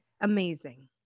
amazing